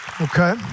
Okay